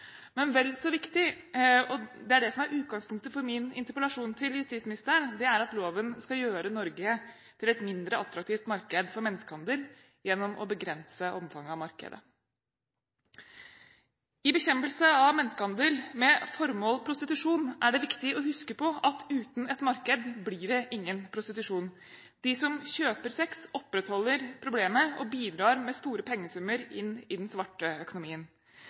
Men vel så viktig – og det er det som er utgangspunktet for min interpellasjon til justisministeren – er det at loven skal gjøre Norge til et mindre attraktivt marked for menneskehandel gjennom å begrense omfanget av markedet. I bekjempelse av menneskehandel med formål prostitusjon er det viktig å huske på at uten et marked blir det ingen prostitusjon. De som kjøper sex, opprettholder problemet og bidrar med store pengesummer inn i den svarte økonomien.